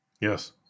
Yes